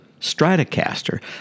Stratocaster